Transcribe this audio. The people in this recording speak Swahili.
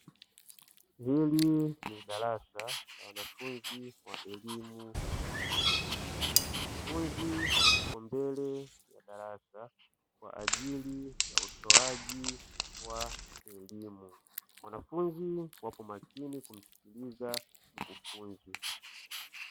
Hili ni darasa la wanafunzi wa elimu yachuo, mkufunzi yuko mbele ya darasa kwa ajili ya utoaji wa elimu. Wanafunzi wapo makini kumsikiliza mkufunzi.